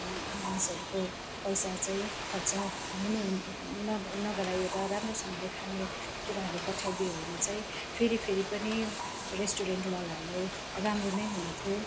मानिसहरूको पैसा चाहिँ खर्च नै नगराएर राम्रोसँगले खानेकुराहरू पठाइदियो भने चाहिँ फेरि फेरि पनि रेस्टुरेन्ट वालाहरूलाई राम्रो नै हुने थियो